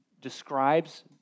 describes